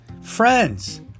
friends